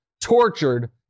tortured